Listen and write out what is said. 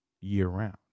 year-round